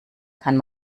kann